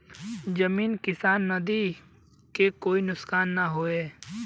जमीन किसान नदी कोई के नुकसान न होये